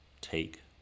take